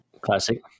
Classic